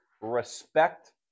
respect